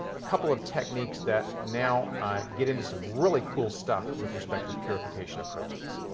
a couple of techniques that now get into some really cool stuff with respect to purification of proteins.